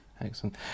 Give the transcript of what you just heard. Excellent